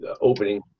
opening